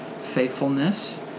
faithfulness